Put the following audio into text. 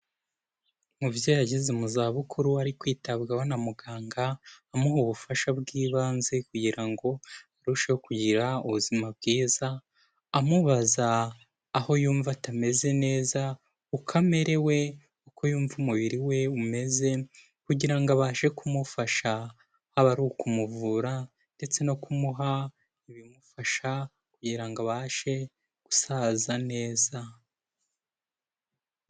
Umubyeyi ageze mu za bukuru ari kwitabwaho na muganga amuha ubufasha bw'ibanze kugira ngo arusheho kugira ubuzima bwiza, amubaza aho yumva atameze neza uko amerewe, uko yumva umubiri we umeze kugira ngo abashe kumufasha haba ari ukumuvura ndetse no kumuha ibimufasha kugira ngo abashe gusaza neza.